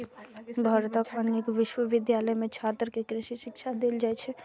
भारतक अनेक विश्वविद्यालय मे छात्र कें कृषि शिक्षा देल जाइ छै